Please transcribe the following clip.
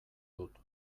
dut